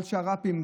על שר"פים,